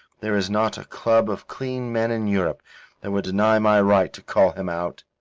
there is not a club of clean men in europe that would deny my right to call him out.